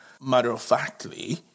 matter-of-factly